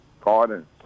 pardon